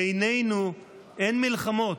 בינינו אין מלחמות,